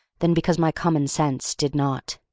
than because my common sense did not.